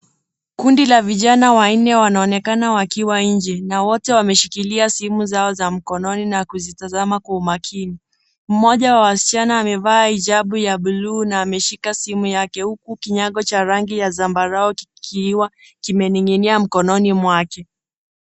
Kundi la vijana wanne wanaonekana wakiwa nje na wote wameshikilia simu zao za mikononi na kuzitazama kwa umakini. Mmoja wa wasichana ameva ijabu ya blue na ameshika simu yake, uku kinyago cha angi ya zambarau kikiwa kimeninginia mkononi mwake.